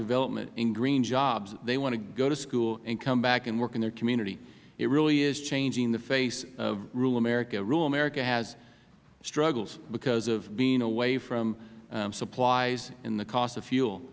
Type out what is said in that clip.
development and green jobs they want to go to school and come back and work in their community it really is changing the face of rural america rural america has struggled because of being away from supplies and the cost of fuel